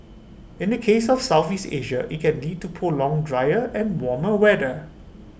in the case of Southeast Asia IT can lead to prolonged drier and warmer weather